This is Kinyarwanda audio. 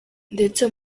ndetse